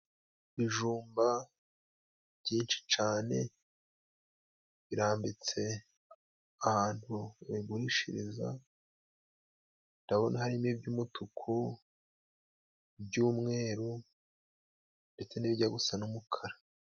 Ibijumba byinshi cane birambitse ahantu babigurishiriza, ndabona harimo: iby'umutuku, iby'umweru ndetse n'ibijya gusa n'umukara.